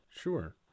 sure